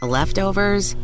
Leftovers